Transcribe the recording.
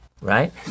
right